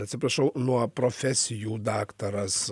atsiprašau nuo profesijų daktaras